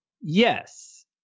Yes